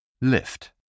Lift